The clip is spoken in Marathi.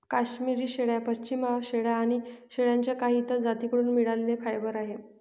काश्मिरी शेळ्या, पश्मीना शेळ्या आणि शेळ्यांच्या काही इतर जाती कडून मिळालेले फायबर आहे